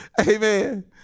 Amen